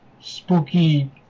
spooky